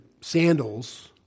sandals